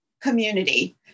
community